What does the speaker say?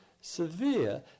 severe